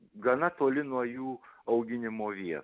gana toli nuo jų auginimo vietų